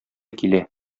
килә